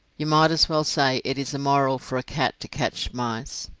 you might as well say it is immoral for a cat to catch mice.